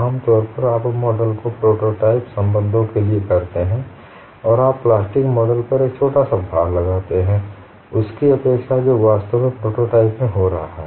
आमतौर पर आप मॉडल को प्रोटोटाइप संबंधों के लिए करते हैं और आप प्लास्टिक मॉडल पर एक छोटा भार लगाते हैं उसकी अपेक्षाा जो वास्तव में प्रोटोटाइप में हो रहा है